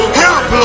help